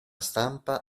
stampa